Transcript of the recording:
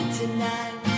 tonight